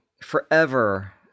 forever